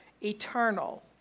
eternal